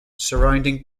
surrounding